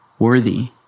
worthy